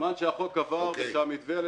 בזמן שהחוק עבר- - אבנר,